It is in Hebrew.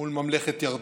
מול ממלכת ירדן,